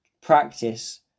practice